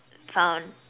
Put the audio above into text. found